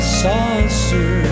saucer